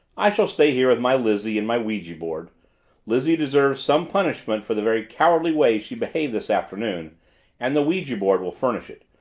i shall stay here with my lizzie and my ouija-board. lizzie deserves some punishment for the very cowardly way she behaved this afternoon and the ouija-board will furnish it.